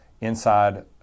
inside